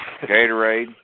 Gatorade